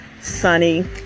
sunny